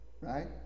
Right